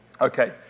Okay